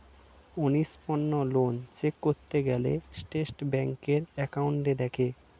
অনিষ্পন্ন loan check করতে গেলে সেটা ব্যাংকের ওয়েবসাইটে দেখে